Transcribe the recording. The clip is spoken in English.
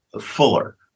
fuller